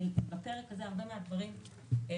הזה רבים מן הדברים ברורים,